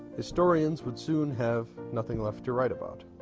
historians would soon have nothing left to write about.